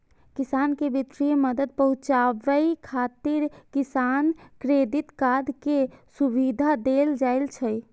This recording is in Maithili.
किसान कें वित्तीय मदद पहुंचाबै खातिर किसान क्रेडिट कार्ड के सुविधा देल जाइ छै